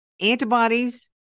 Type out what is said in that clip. Antibodies